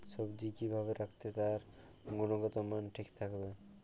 সবজি কি ভাবে রাখলে তার গুনগতমান ঠিক থাকবে?